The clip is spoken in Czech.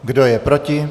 Kdo je proti?